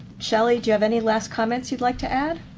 shelley, do you have any last comments you'd like to add?